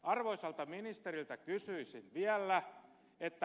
arvoisalta ministeriltä kysyisin vielä